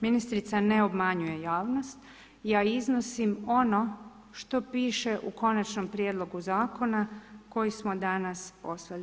Ministrica ne obmanjuje javnost, ja iznosim ono što piše u konačnom prijedlogu zakona koji smo danas poslali.